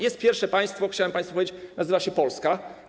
Jest pierwsze państwo, chciałbym państwu powiedzieć, nazywa się Polska.